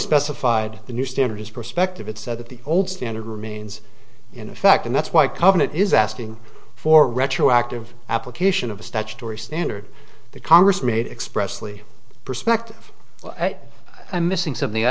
specified the new standards perspective it said that the old standard remains in effect and that's why covenant is asking for retroactive application of a statutory standard the congress made expressly perspective i'm missing something i